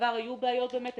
בעבר היו בעיות באמת.